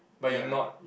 ya